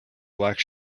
black